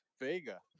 Vega